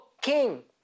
king